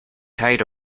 tide